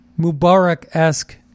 Mubarak-esque